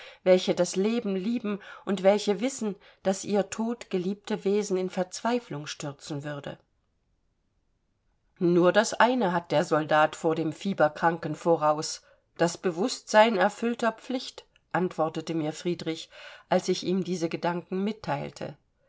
welche das leben lieben und welche wissen daß ihr tod geliebte wesen in verzweiflung stürzen würde nur das eine hat der soldat vor dem fieberkranken voraus das bewußtsein erfüllter pflicht antwortete mir friedrich als ich ihm diese gedanken mitteilte